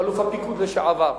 אלוף הפיקוד לשעבר,